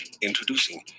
introducing